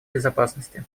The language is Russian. безопасности